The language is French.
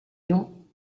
ions